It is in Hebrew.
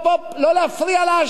לא להפריע לעשירים.